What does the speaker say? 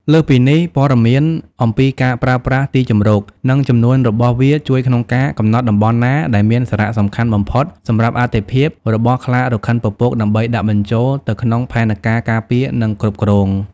លើសពីនេះ ព័ត៌មានអំពីការប្រើប្រាស់ទីជម្រក និងចំនួនរបស់វាជួយក្នុងការ កំណត់តំបន់ណាដែលមានសារៈសំខាន់បំផុតសម្រាប់អត្ថិភាពរបស់ខ្លារខិនពពក ដើម្បីដាក់បញ្ចូលទៅក្នុងផែនការការពារ និងគ្រប់គ្រង។